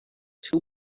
two